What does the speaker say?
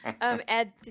Ed